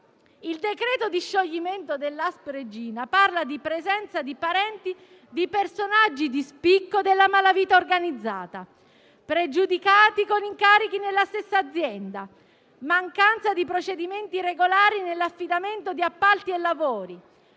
Il decreto di scioglimento dell'ASP reggina parla di presenza di parenti di personaggi di spicco della malavita organizzata, pregiudicati con incarichi nella stessa azienda; mancanza di procedimenti regolari nell'affidamento di appalti e lavori;